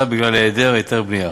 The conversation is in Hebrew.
בגלל היעדר היתר בנייה.